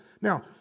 Now